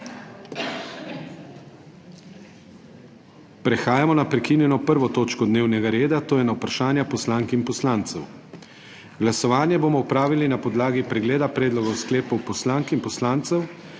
Prehajamo na prekinjeno 1. točko dnevnega reda, to je na Vprašanja poslank in poslancev. Glasovanje bomo opravili na podlagi pregleda predlogov sklepov poslank in poslancev